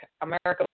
America